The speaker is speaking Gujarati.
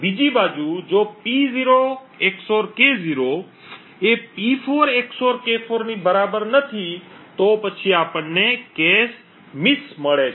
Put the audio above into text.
બીજી બાજુ જો P0 XOR K0 P4 XOR K4 ની બરાબર નથી તો પછી આપણને cache મિસ મળે છે